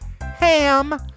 ham